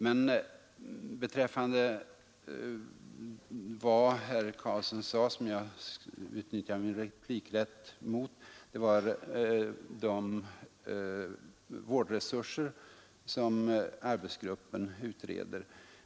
Men anledningen till att jag utnyttjar min replikrätt är vad herr Karlsson sade om de vårdresurser som arbetsgruppen utreder.